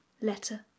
Letter